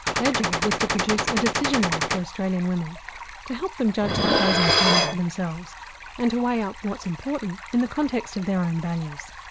their job was to produce a decision aid for australian women to help them judge the pros and cons for themselves and to weigh up what's important in the context of their own values.